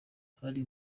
hari